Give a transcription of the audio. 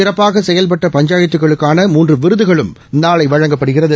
சிறப்பாக செயல்பட்ட பஞ்சாயத்துகளுக்கான மூன்று விருதுகளும் நாளை வழங்கப்படுகிறது